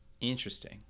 Interesting